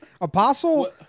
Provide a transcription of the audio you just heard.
Apostle